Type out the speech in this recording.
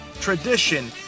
tradition